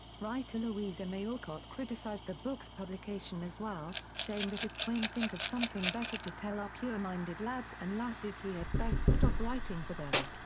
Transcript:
writer louisa may alcott criticized the book's publication as well, saying that if twain think of something better to tell our ah pure-minded lads and lasses he had best stop writing for them.